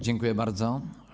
Dziękuję bardzo.